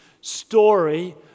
story